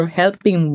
helping